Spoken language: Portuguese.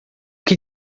que